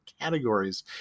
categories